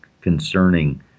concerning